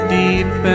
deep